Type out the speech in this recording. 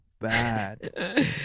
bad